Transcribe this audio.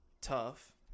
tough